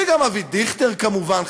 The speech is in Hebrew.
וגם אבי דיכטר כמובן,